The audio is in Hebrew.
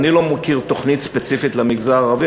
לא מכיר תוכנית ספציפית למגזר הערבי,